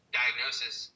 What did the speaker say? diagnosis